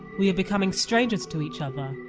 we are becoming strangers to each other,